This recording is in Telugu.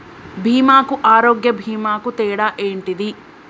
బీమా కు ఆరోగ్య బీమా కు తేడా ఏంటిది?